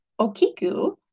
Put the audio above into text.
Okiku